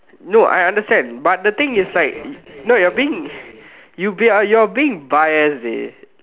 no I understand but the thing is like no you're being you are being biased dey